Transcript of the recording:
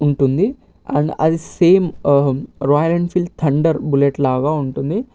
ఉంటుంది అండ్ అది same Royal Enfield thunder bullet లాగా ఉంటుంది